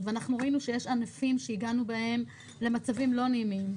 וראינו שיש ענפים שבהם הגענו למצבים לא נעימים.